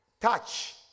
touch